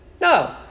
No